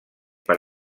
per